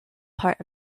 part